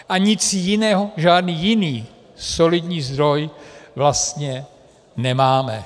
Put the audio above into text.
A nic jiného, žádný jiný solidní zdroj vlastně nemáme.